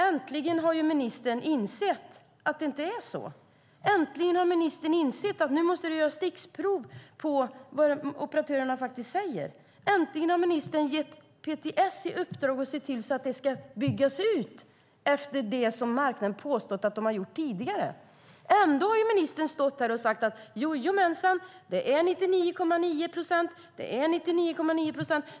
Äntligen har ministern insett att det inte är så. Äntligen har ministern insett att det nu måste göras stickprov på vad operatörerna säger. Äntligen har ministern gett PTS i uppdrag att se till att nätet ska byggas ut efter vad marknaden har påstått att man har gjort tidigare. Ändå har ministern sagt att det är 99,9 procent.